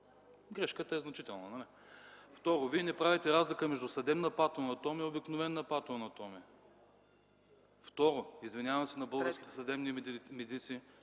Грешката е значителна, нали? Второ, Вие не правите разлика между съдебна патоанатомия и обикновена патоанатомия. Трето, извинявам се на българските съдебни медици,